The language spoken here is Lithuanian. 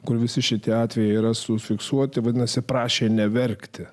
kur visi šitie atvejai yra su fiksuoti vadinasi prašė neverkti